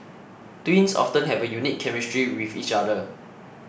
twins often have a unique chemistry with each other